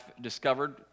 discovered